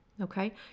okay